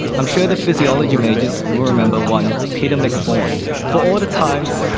i'm sure the physiology majors will remember one peter mcfawn for all the times,